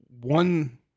one